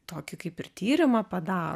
tokį kaip ir tyrimą padaro